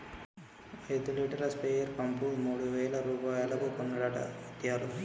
ఐదు లీటర్ల sprayer pump మూడు వేల రూపాయలకు కొన్నడట ముత్యాలు